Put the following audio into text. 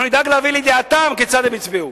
אנחנו נדאג להביא לידיעתם כיצד הם הצביעו.